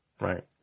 right